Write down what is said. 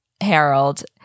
Harold